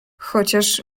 chociaż